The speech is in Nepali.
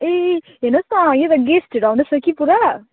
ए हेर्नुहोस् न यहाँ त गेस्टहरू आउँदैछ कि पुरा